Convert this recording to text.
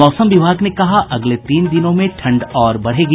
और मौसम विभाग ने कहा अगले तीन दिनों में ठंड और बढ़ेगी